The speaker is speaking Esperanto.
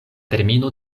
termino